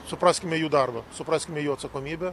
supraskime jų darbą supraskime jų atsakomybę